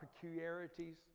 peculiarities